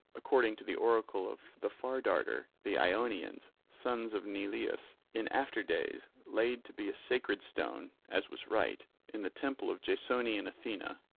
according to the oracle of the far-darter, the ionians, sons of neleus, in after days laid to be a sacred stone as was right, in the temple of jasonian athena.